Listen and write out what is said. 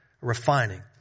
Refining